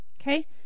Okay